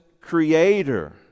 creator